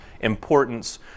importance